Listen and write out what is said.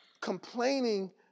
complaining